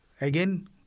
Again